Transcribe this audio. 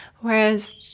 Whereas